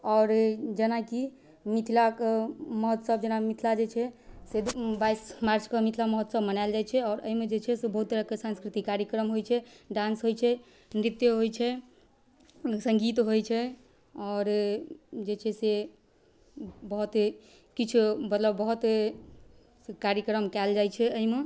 आओर जेनाकि मिथिलाके महोत्सव जेना मिथिला जे छै से बाइस मार्चके मिथिला महोत्सव मनाएल जाइ छै आओर एहिमे जे छै से बहुत तरहके साँस्कृतिक कार्यक्रम होइ छै डान्स होइ छै नृत्य होइ छै सङ्गीत होइ छै आओर जे छै से बहुत किछु मतलब बहुत कार्यक्रम कएल जाइ छै एहिमे